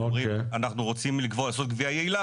אומרים אנחנו רוצים לעשות גבייה יעילה,